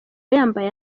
yambaye